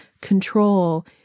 control